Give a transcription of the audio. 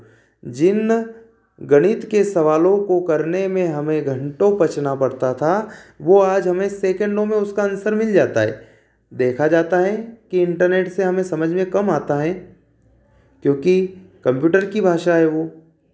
जिन गणित के सवालों को करने में हमें घंटो पचना पड़ता था वह आज हमें सेकेंडो में उसका अन्सर मिल जाता है देखा जाता है कि इंटरनेट से हमें समझ में कम आता है क्योंकि कंप्यूटर की भाषा है वह